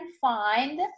find